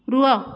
ରୁହ